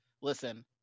listen